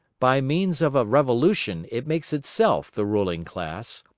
by means of a revolution, it makes itself the ruling class,